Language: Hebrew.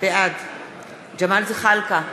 בעד ג'מאל זחאלקה,